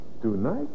Tonight